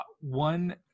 one